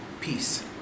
peace